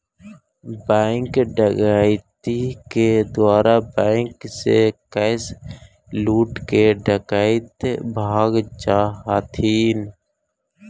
bank डकैती के द्वारा बैंक से कैश लूटके डकैत भाग जा हथिन